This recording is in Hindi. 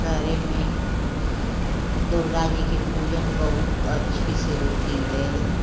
सारे में दुर्गा जी की पूजन बहुत अच्छी से होती है